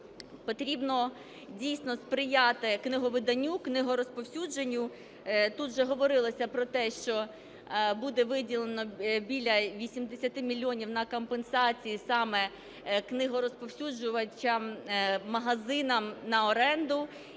потрібно дійсно сприяти книговиданню, книгорозповсюдженню. Тут вже говорилося про те, що буде виділено біля 80 мільйонів на компенсації саме книгорозповсюджувачам, магазинам на оренду,